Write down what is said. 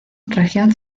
región